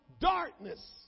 darkness